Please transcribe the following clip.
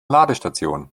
ladestation